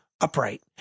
upright